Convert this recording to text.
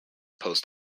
post